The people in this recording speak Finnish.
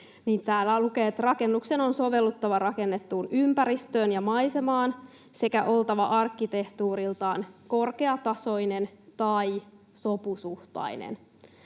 täällä lukee, että ”rakennuksen on sovelluttava rakennettuun ympäristöön ja maisemaan sekä oltava arkkitehtuuriltaan korkeatasoinen tai sopusuhtainen”,